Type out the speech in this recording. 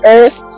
Earth